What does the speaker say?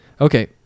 Okay